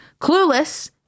clueless